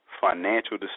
financial